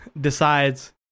decides